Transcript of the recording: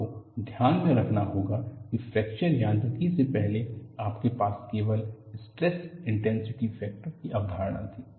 आपको ध्यान में रखना होगा की फ्रैक्चर यांत्रिकी से पहले आपके पास केवल स्ट्रेस इंटेनसिटी फेक्टर की अवधारणा थी